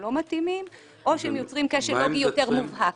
אינם מתאימים או שהן יוצרים קשר לוגי מובהק יותר.